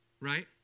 right